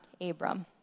Abram